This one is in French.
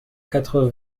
quatre